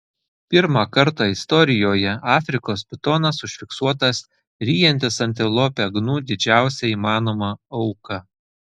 pirmą kartą istorijoje afrikos pitonas užfiksuotas ryjantis antilopę gnu didžiausią įmanomą auką